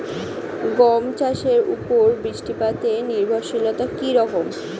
গম চাষের উপর বৃষ্টিপাতে নির্ভরশীলতা কী রকম?